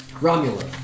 Romulus